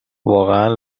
واقعا